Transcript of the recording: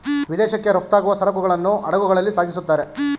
ವಿದೇಶಕ್ಕೆ ರಫ್ತಾಗುವ ಸರಕುಗಳನ್ನು ಹಡಗುಗಳಲ್ಲಿ ಸಾಗಿಸುತ್ತಾರೆ